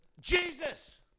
Jesus